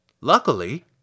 Luckily